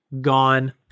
Gone